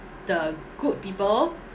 the good people